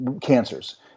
cancers